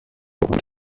ont